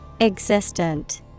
Existent